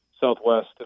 Southwest